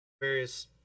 various